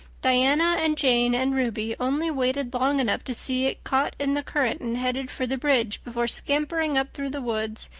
diana and jane and ruby only waited long enough to see it caught in the current and headed for the bridge before scampering up through the woods,